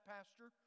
Pastor